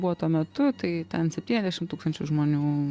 buvo tuo metu tai ten septyniasdešimt tūkstančių žmonių